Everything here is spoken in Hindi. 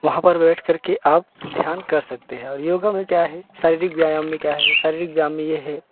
वहाँ पर बैठ करके आप ध्यान कर सकते हैं और योगा में क्या है सारीरिक व्यायाम क्या है शारीरिक व्यायाम में ये है